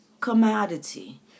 commodity